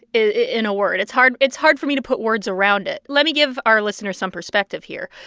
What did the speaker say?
in a word. it's hard it's hard for me to put words around it. let me give our listeners some perspective here.